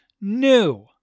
new